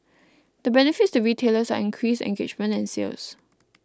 the benefits to retailers are increased engagement and sales